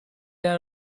had